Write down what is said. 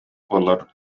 буоллар